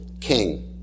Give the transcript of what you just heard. king